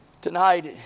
tonight